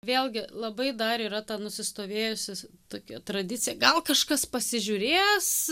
vėlgi labai dar yra ta nusistovėjusi tokia tradicija gal kažkas pasižiūrės